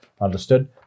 understood